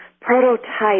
prototype